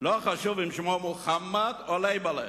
לא חשוב אם שמו מוחמד או לייבל'ה,